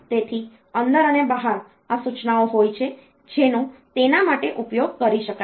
તેથી અંદર અને બહાર આ સૂચનાઓ હોય છે જેનો તેના માટે ઉપયોગ કરી શકાય છે